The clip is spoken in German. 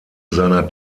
seiner